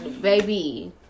Baby